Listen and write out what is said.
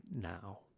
now